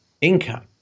income